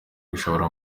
gushora